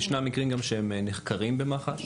ישנם מקרים גם שנחקרים במח"ש